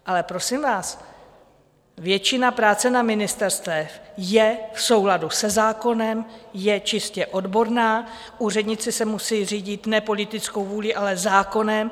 Ale prosím vás, většina práce na ministerstvech je v souladu se zákonem, je čistě odborná, úředníci se musí řídit ne politickou vůlí, ale zákonem.